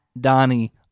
Donnie